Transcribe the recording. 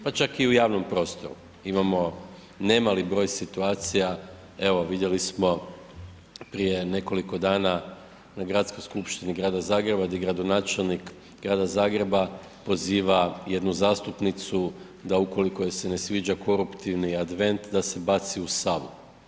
Pa čak i u javnom prostoru imamo nemali broj situacija, evo vidjeli smo prije nekoliko dana na Gradskoj skupštini grada Zagreba di gradonačelnik grada Zagreba poziva jednu zastupnicu da ukoliko joj se ne sviđa koruptivni Advent, da se baci u Savu.